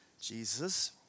Jesus